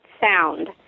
sound